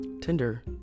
Tinder